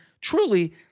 truly